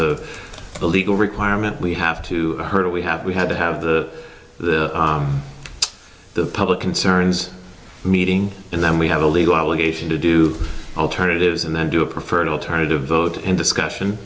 of the legal requirement we have to hurdle we have we had to have the the the public concerns meeting and then we have a legal obligation to do alternatives and then do a preferred alternative vote and discussion